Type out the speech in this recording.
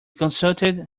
consulted